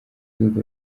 rwego